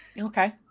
Okay